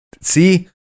See